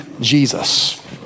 Jesus